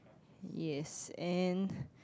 yes and